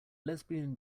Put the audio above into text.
lesbian